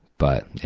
but,